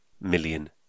million